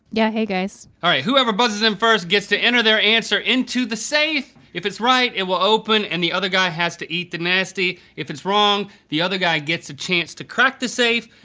yeah hey guys. all right whoever buzzes in first gets to enter their answer into the safe. if it's right, it will open and the other guy has to eat the nasty. if it's wrong, the other guy gets a chance to crack the safe.